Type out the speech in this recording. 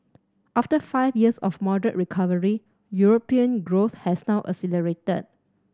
after five years of moderate recovery European growth has now accelerated